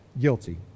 guilty